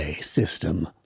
system